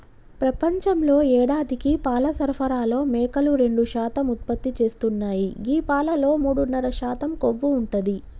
ప్రపంచంలో యేడాదికి పాల సరఫరాలో మేకలు రెండు శాతం ఉత్పత్తి చేస్తున్నాయి గీ పాలలో మూడున్నర శాతం కొవ్వు ఉంటది